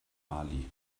mali